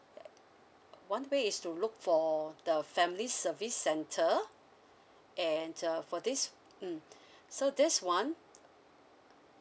one way is to look for the family service centre and uh for this mm so this one